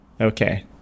Okay